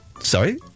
Sorry